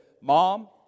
Mom